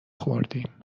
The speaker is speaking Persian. خوردیم